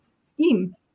scheme